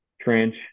trench